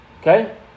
Okay